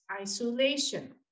isolation